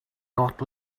not